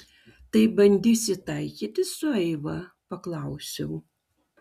tai bandysi taikytis su eiva paklausiau